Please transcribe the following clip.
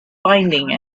finding